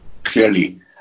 Clearly